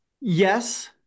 Yes